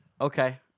Okay